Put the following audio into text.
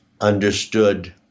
understood